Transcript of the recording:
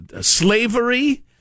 slavery